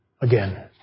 again